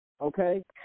Okay